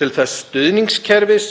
til þess stuðningskerfis